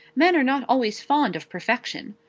men are not always fond of perfection.